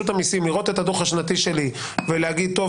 המסים לראות את הדוח השנתי שלי ולהגיד: טוב,